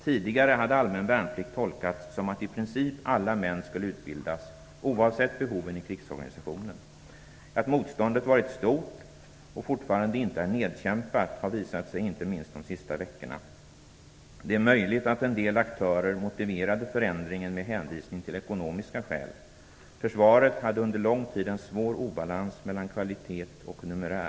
Tidigare hade allmän värnplikt tolkats som att i princip alla män skulle utbildas, oavsett behoven i krigsorganisationen. Att motståndet varit stort - och fortfarande inte är nedkämpat - har visat sig inte minst under de senaste veckorna. Det är möjligt att en del aktörer motiverade förändringen med hänvisning till ekonomiska skäl. Försvaret hade under lång tid en svår obalans mellan kvalitet och numerär.